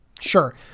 Sure